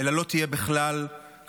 אלא לא תהיה בכלל חייל.